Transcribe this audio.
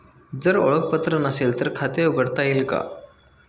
जर ओळखपत्र नसेल तर खाते उघडता येईल का?